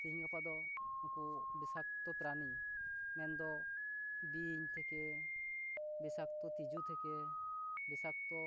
ᱛᱤᱦᱤᱧ ᱜᱟᱯᱟ ᱫᱚ ᱩᱱᱠᱩ ᱵᱤᱥᱟᱠᱛᱚ ᱯᱨᱟᱱᱤ ᱢᱮᱱᱫᱚ ᱵᱤᱧ ᱛᱷᱮᱠᱮ ᱵᱤᱥᱟᱠᱛᱚ ᱛᱤᱡᱩ ᱛᱷᱮᱠᱮ ᱵᱤᱥᱟᱠᱛᱚ